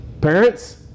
Parents